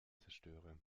zerstöre